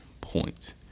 point